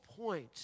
point